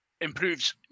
improves